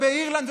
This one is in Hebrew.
ובאירלנד,